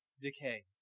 decay